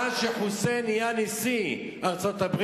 מאז נהיה חוסיין לנשיא ארצות-הברית,